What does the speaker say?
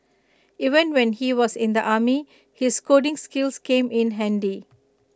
even when he was in the army his coding skills came in handy